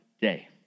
day